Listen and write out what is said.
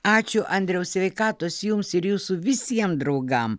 ačiū andriaus sveikatos jums ir jūsų visiem draugam